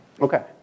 Okay